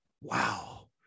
Wow